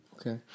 Okay